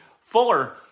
Fuller